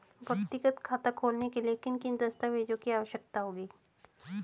व्यक्तिगत खाता खोलने के लिए किन किन दस्तावेज़ों की आवश्यकता होगी?